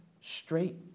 straight